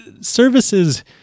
services